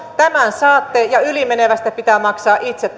saatte ja ylimenevästä pitää maksaa itse